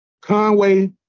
Conway